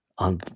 on